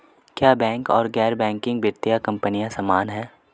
क्या बैंक और गैर बैंकिंग वित्तीय कंपनियां समान हैं?